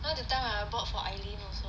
know that time I bought for eileen also